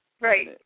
Right